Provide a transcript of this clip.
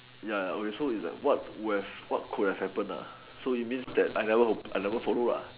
ya so is like what could have happen so it means that I never I never follow